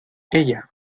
ella